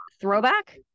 throwback